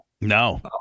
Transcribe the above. No